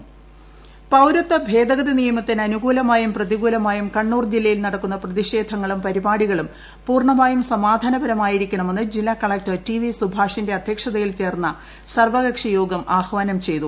പൌരത്യ ഭേദഗതി പൌരത്വ ഭേദഗതി നിയമത്തിന് അനുകൂലമായും പ്രതികൂലമായും കണ്ണൂർ ജില്ലയിൽ നടക്കുന്ന പ്രതിഷേധങ്ങളും പരിപാടികളും പൂർണമായും സമാധാനപരമായിരിക്കണമെന്ന് ജില്ലാ കളക്ടർ ടി വി സുഭാഷിന്റെ അദ്ധ്യക്ഷതയിൽ ചേർന്ന സർവകക്ഷി യോഗം ആഹ്വാനം ചെയ്തു